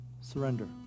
Surrender